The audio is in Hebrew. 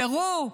פרו,